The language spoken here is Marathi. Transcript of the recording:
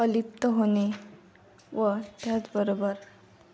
अलिप्त होणे व त्याचबरोबर